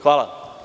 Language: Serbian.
Hvala.